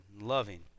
loving